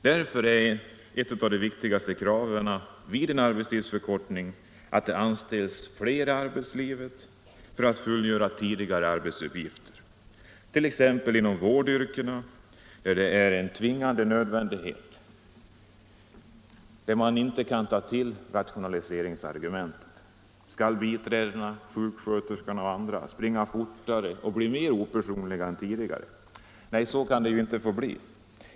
Därför är ett av de viktigaste kraven vid en arbetstidsförkortning att det anställs fler i arbetslivet för att fullgöra tidigare arbetsuppgifter. I t.ex. vårdyrkena är det en tvingande nödvändighet; där kan man inte ta till rationaliseringsargumentet. Skall biträdena, sjuksköterskorna och andra springa fortare och bli mer opersonliga än tidigare? Nej, så kan det inte få bli.